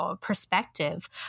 perspective